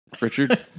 Richard